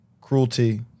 Cruelty